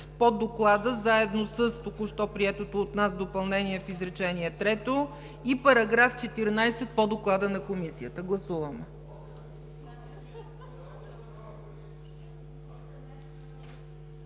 по доклада заедно с току-що приетото от нас допълнение в изречение трето, и § 14 по доклада на Комисията. Гласуваме.